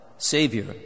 Savior